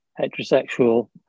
heterosexual